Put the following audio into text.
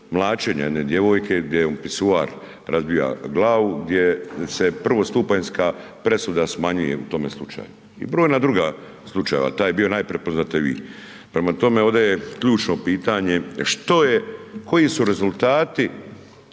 mlaćenja jedne djevojke, gdje joj pisuar razbija glavu, gdje se prvostupanjska presuda smanjuje u tome slučaju i brojna druga slučajeva, taj je bio najprepoznatljiviji. Prema tome, ovdje je ključno pitanje što je, koji su rezultati